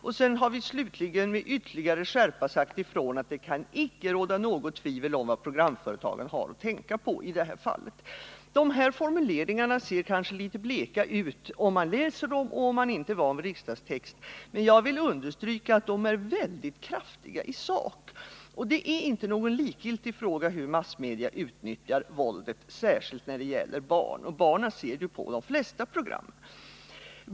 Slutligen har vi med ytterligare skärpa sagt ifrån att det icke kan råda något tvivel om vad programföretagen har att tänka på i det fallet. De här formuleringarna ser kanske litet bleka ut när man läser dem och om man inte är van vid riksdagstext, men jag vill understryka att de är oerhört kraftiga i sak. Och hur massmedia utnyttjar våldet är inte någon likgiltig fråga, särskilt inte när det gäller barn — barnen ser ju på de flesta program.